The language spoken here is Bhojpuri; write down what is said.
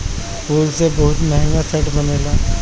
फूल से बहुते महंग महंग सेंट बनेला